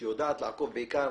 שיודעת לעקוב, בעיקר